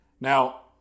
Now